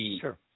sure